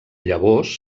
llavors